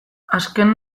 azken